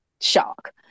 shock